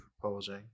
proposing